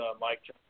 Mike